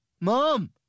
Mom